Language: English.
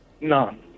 None